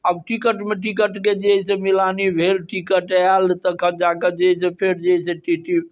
आब टिकट मे टिकट के जे छै से मिलाने भेल टिकट अयल तखन जाके जे है से फेर जे है से टी टी इ